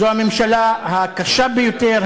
זו הממשלה הקשה ביותר,